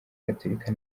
gatolika